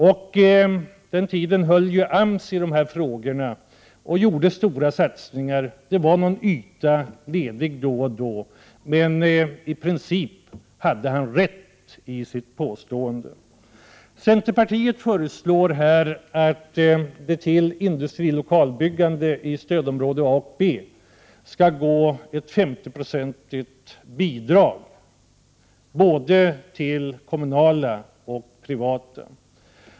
Tidigare höll AMS i dessa frågor och gjorde stora satsningar. Det var någon yta ledig då och då, men i princip hade Bertil Olsson rätt i sitt påstående. Centerpartiet föreslår här att det till lokalbyggandet i stödområdena A och B skall gå ett 50-procentigt bidrag, både kommunalt och privat.